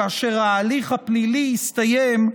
כאשר ההליך הפלילי הסתיים,